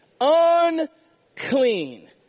unclean